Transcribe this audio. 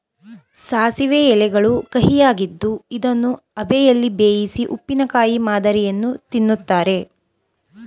ಸಾಸಿವೆ ಎಲೆಗಳು ಕಹಿಯಾಗಿದ್ದು ಇದನ್ನು ಅಬೆಯಲ್ಲಿ ಬೇಯಿಸಿ ಉಪ್ಪಿನಕಾಯಿ ಮಾದರಿಯಲ್ಲಿ ತಿನ್ನುತ್ತಾರೆ